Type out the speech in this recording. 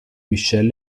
michel